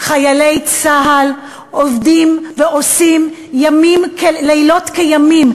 חיילי צה"ל עובדים ועושים לילות כימים